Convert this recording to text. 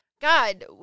God